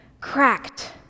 cracked